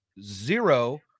zero